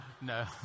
No